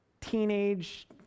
teenage